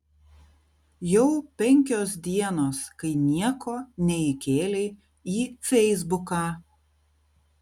jau penkios dienos kai nieko neįkėlei į feisbuką